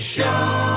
Show